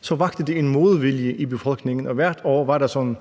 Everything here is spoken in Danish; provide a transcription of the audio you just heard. så vakte det en modvilje i befolkningen, og hvert år var der